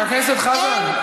חבר הכנסת חזן,